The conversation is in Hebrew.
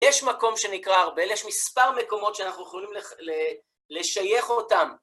יש מקום שנקרא ארבל, ויש מספר מקומות שאנחנו יכולים לשייך אותם.